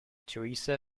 teresa